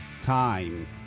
Time